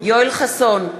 יואל חסון,